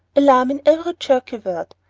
alarm in every jerky word.